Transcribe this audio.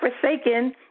forsaken